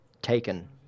taken